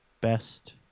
best